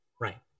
Right